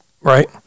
right